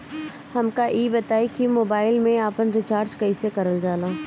हमका ई बताई कि मोबाईल में आपन रिचार्ज कईसे करल जाला?